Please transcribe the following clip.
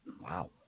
wow